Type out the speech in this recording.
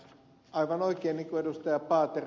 aivan oikein niin kuin ed